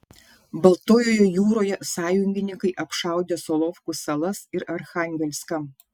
baltojoje jūroje sąjungininkai apšaudė solovkų salas ir archangelską